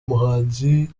muhanzi